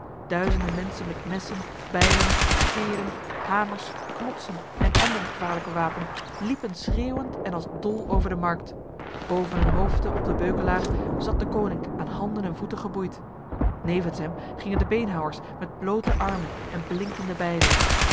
duizenden mensen met messen bijlen speren hamers knotsen en ander gevaarlijk wapen liepen schreeuwend en als dol over de markt boven hun hoofden op de beukelaar zat deconinck aan handen en voeten geboeid nevens hem gingen de beenhouwers met blote armen en blinkende bijlen